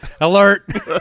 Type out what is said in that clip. alert